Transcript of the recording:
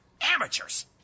Amateurs